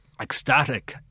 ecstatic